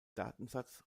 datensatz